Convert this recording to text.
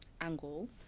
angle